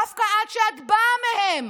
דווקא את, שאת באה מהם,